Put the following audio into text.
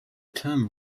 term